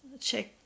check